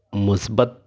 مثبت